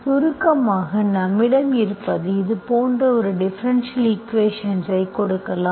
சுருக்கமாக நம்மிடம் இருப்பது இது போன்ற ஒரு டிஃபரென்ஷியல் ஈக்குவேஷன்ஸ்ஐ கொடுக்கலாம்